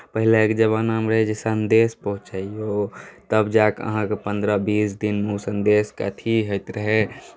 पहिलेके जमानामे रहै जे ओ सन्देश पहुँचैयौ तब जाके अहाँकेँ पन्द्रह बीस दिनमे ओ सन्देशके अथी होइत रहै